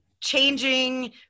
changing